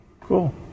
Cool